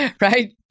Right